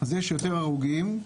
יש יותר הרוגים,